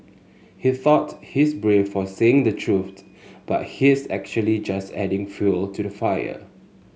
he thought he's brave for saying the truth but he's actually just adding fuel to the fire